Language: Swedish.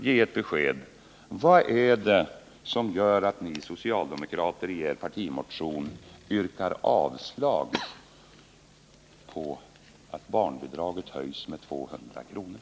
Ge ett besked: Vad är det som gör att ni socialdemokrater i er partimotion yrkar avslag på förslaget att barnbidraget höjs med 200 kr.